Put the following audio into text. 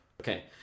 Okay